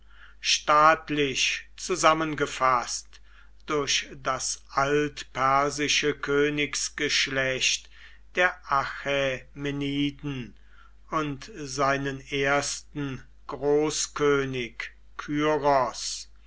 staatlich zusammengefaßt durch das altpersische königsgeschlecht der achämeniden und seinen ersten großkönig